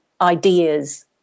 ideas